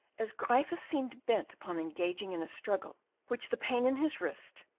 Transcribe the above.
as gryphus seemed bent upon engaging in a struggle which the pain in his wrist,